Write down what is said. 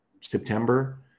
September